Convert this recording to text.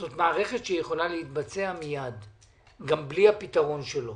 זו מערכת שיכולה להתבצע מיד גם בלי הפתרון שלו.